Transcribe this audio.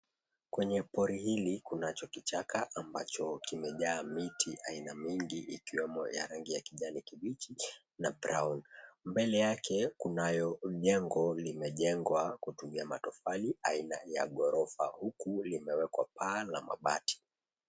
Kwenye pori hili kunacho kichaka ambacho kimejaa miti y aaina mingi ikiwemo ya rangi ya kijani kibichi na brown . Mbele yake kunayo jengo limejengwa kutumia matofali aina ya ghorofa huku limewekwa paa la mabati.